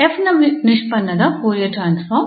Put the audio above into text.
𝑓 ನ ನಿಷ್ಪನ್ನದ Fourier transform